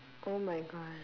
oh my god